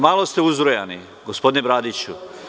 Malo ste uzrujani, gospodine Bradiću.